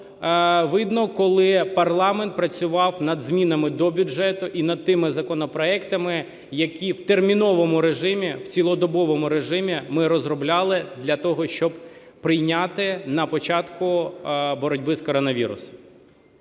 видно, коли парламент працював над змінами до бюджету і над тими законопроектами, які в терміновому режимі, в цілодобовому режимі ми розробляли для того, щоб прийняти на початку боротьби з коронавірусом.